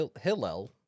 Hillel